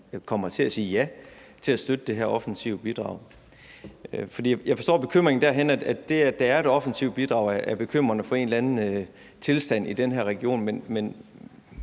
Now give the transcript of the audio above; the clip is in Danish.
kommer til at sige ja til at støtte det her offensive bidrag? Jeg forstår bekymringen derhen, at det, at det er et offensivt bidrag, er bekymrende for en eller anden tilstand i den her region, men